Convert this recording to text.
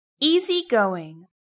Easygoing